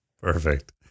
Perfect